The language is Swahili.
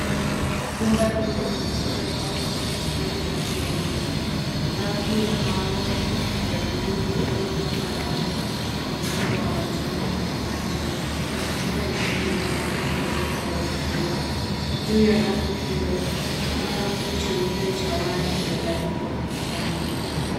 Jumba ndogo lina mfumo wa kuhifadhi maji ya kunywa, rafu ya mbao ya bluu iliopakwa rangi kwa muundo wa matone ya maji, ina chupa nyingi za maji zilzopangwa vizuri. Juu ya rafu hiyo kikapu cheupe cha waya kimebandikwa ukutani.